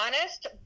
honest